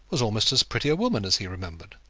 was almost as pretty a woman as he remembered.